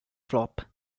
flop